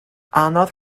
anodd